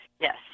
Yes